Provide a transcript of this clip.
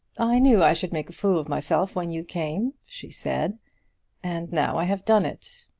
i knew i should make a fool of myself when you came, she said and now i have done it.